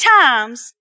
times